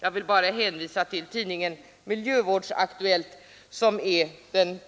Jag vill bara hänvisa till tidningen Miljövårdsaktuellt, en